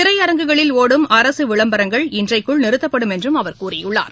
திரையரங்குகளில் ஒடும் அரசு விளம்பரங்கள் இன்றைக்குள் நிறுத்தப்படும் என்றும் அவர் கூறியுள்ளார்